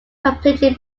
completely